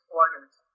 orders